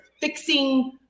fixing